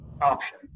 option